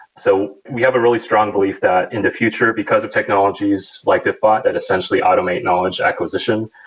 so we have a really strong belief that in the future, because of technologies like diffbot that essentially automate knowledge acquisition,